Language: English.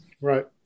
right